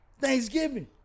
Thanksgiving